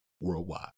worldwide